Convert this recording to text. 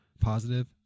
positive